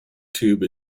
tube